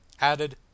added